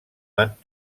van